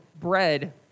bread